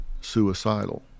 suicidal